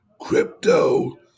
crypto